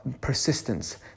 persistence